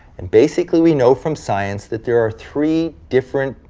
and basically we know from science that there are three different,